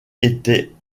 était